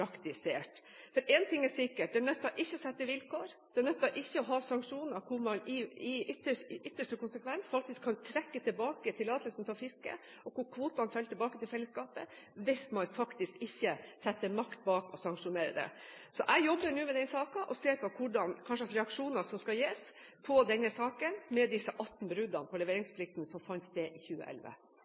ting er sikkert: Det nytter ikke å sette vilkår, det nytter ikke å ha sanksjoner, hvor man i ytterste konsekvens faktisk kan trekke tilbake tillatelsen til å fiske, og hvor kvotene faller tilbake til fellesskapet, hvis man faktisk ikke setter makt bak og sanksjonerer det. Jeg jobber nå med denne saken og ser på hva slags reaksjoner som skal gis for de 18 bruddene på leveringsplikten som fant sted i 2011.